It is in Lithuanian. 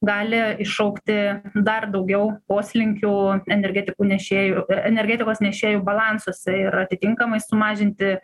gali iššaukti dar daugiau poslinkių energetikų nešėjų energetikos nešėjų balansuose ir atitinkamai sumažinti